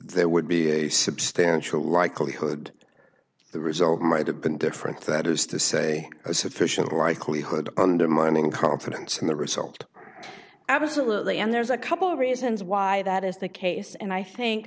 there would be a substantial likelihood the result might have been different that is to say a sufficient likelihood undermining confidence in the result absolutely and there's a couple of reasons why that is the case and i think